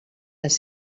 les